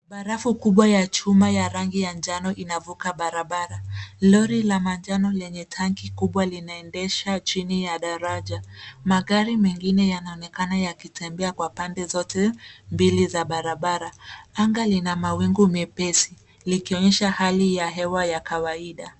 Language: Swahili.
Barafu kubwa ya chuma ya rangi ya njano inavuka barabara. Lori la manjano lenye tanki kubwa linaendesha chini ya daraja. Magari mengine yanaonekana yakitembea kwa pande zote mbili za barabara. Anga lina mawingu mepesi likionyesha hali ya hewa ya kawaida.